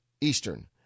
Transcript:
Eastern